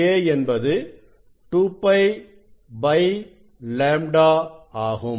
k என்பது 2 π λ ஆகும்